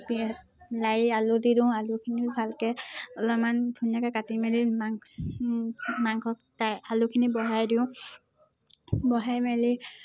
লাৰি আলু দি দিওঁ আলুখিনিও ভালকৈ অলপমান ধুনীয়াকৈ কাটি মেলি মাংস মাংসত আলুখিনি বহাই দিওঁ বহাই মেলি